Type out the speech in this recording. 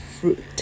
fruit